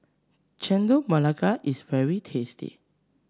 Chendol Melaka is very tasty